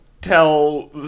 tell